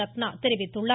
ரத்னா தெரிவித்துள்ளார்